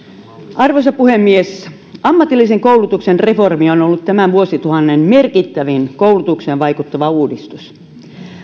arvoisa puhemies ammatillisen koulutuksen reformi on on ollut tämän vuosituhannen merkittävin koulutukseen vaikuttava uudistus